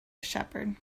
shepherd